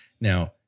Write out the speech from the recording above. Now